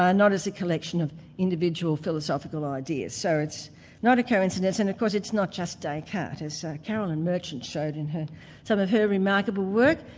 ah not as a collection of individual philosophical ideas. so it's not a coincidence and of course it's not just descartes as carolyn merchant showed in some of her remarkable work,